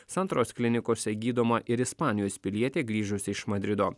santaros klinikose gydoma ir ispanijos pilietė grįžusi iš madrido